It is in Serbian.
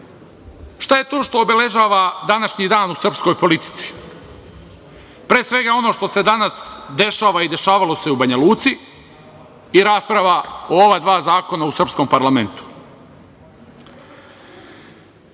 je to što obeležava današnji dan u srpskoj politici? Pre svega, ono što se danas dešava i dešavalo se u Banjaluci i rasprava o ova dva zakona u srpskom parlamentu. Oba